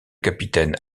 capitaine